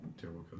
terrible